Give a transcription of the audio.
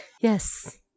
Yes